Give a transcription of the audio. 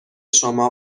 شما